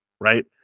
right